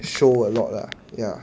show a lot lah ya